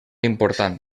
important